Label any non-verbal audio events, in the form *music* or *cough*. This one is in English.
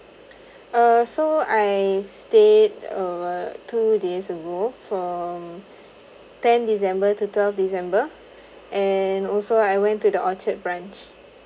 uh so I stay over two days ago from *breath* tenth december to twelfth december *breath* and also I went to the orchard branch